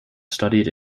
studied